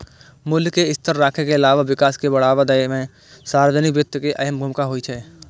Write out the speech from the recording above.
मूल्य कें स्थिर राखै के अलावा विकास कें बढ़ावा दै मे सार्वजनिक वित्त के अहम भूमिका होइ छै